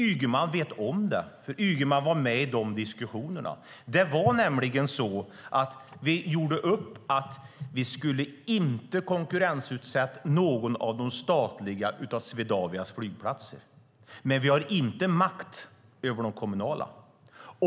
Ygeman vet om det, för Ygeman var med i diskussionerna. Vi gjorde nämligen upp att vi inte skulle konkurrensutsätta någon av Swedavias flygplatser, de statliga flygplatserna. Men vi har inte makt över de kommunala.